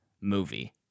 movie